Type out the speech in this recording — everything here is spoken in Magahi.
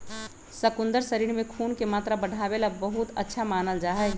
शकुन्दर शरीर में खून के मात्रा बढ़ावे ला बहुत अच्छा मानल जाहई